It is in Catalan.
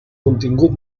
contingut